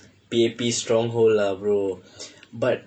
P_A_P stronghold lah bro but